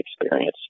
experience